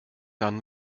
dann